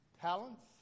talents